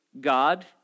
God